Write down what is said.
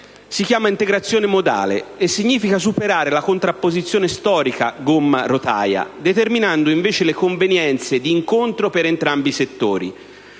si chiama integrazione modale e significa superare la contrapposizione storica gomma - rotaia determinando invece le convenienze di incontro per entrambi i settori